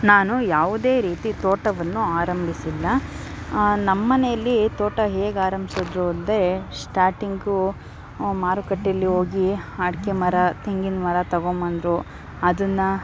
ನಾನು ಯಾವುದೇ ರೀತಿ ತೋಟವನ್ನು ಆರಂಭಿಸಿಲ್ಲ ನಮ್ಮ ಮನೆಯಲ್ಲಿ ತೋಟ ಹೇಗೆ ಆರಂಭ್ಸಿದ್ರು ಅಂದರೆ ಸ್ಟಾರ್ಟಿಂಗು ಮಾರುಕಟ್ಟೆಯಲ್ಲಿ ಹೋಗಿ ಅಡಿಕೆ ಮರ ತೆಂಗಿನ ಮರ ತೊಗೊಂಬಂದ್ರು ಅದನ್ನು